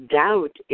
doubt